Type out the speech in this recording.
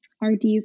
RDs